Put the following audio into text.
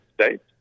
States